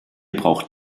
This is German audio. braucht